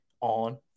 on